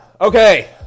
Okay